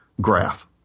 graph